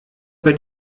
bei